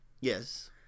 Yes